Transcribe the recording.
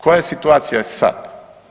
Koja je situacija sad?